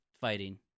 fighting